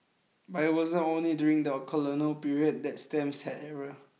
but it wasn't only during the colonial period that stamps had errors